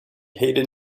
hated